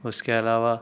اس کے علاوہ